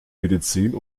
medizin